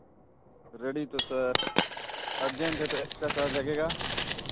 ready तो sir urgent है तो एक्स्ट्रा चार्ज लगेगा